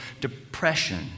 depression